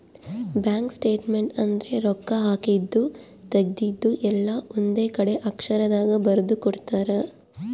bank statement ಅಂದ್ರ ರೊಕ್ಕ ಹಾಕಿದ್ದು ತೆಗ್ದಿದ್ದು ಎಲ್ಲ ಒಂದ್ ಕಡೆ ಅಕ್ಷರ ದಾಗ ಬರ್ದು ಕೊಡ್ತಾರ